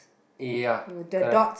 ya correct